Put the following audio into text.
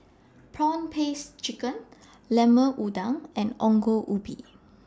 Prawn Paste Chicken Lemon Udang and Ongol Ubi